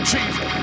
Jesus